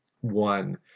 one